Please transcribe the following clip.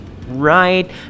right